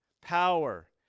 power